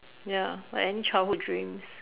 ya like any childhood dreams